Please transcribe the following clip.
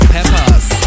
Peppers